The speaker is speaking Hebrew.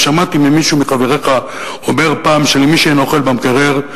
ושמעתי ממישהו מחבריך אומר פעם שלמי שיש אוכל במקרר,